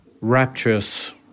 rapturous